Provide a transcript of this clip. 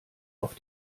auf